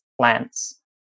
plants